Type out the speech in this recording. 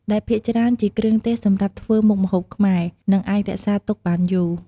ដែលភាគច្រើនជាគ្រឿងទេសសម្រាប់ធ្វើមុខម្ហួបខ្មែរ និងអាចរក្សាទុកបានយូរ។